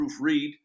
proofread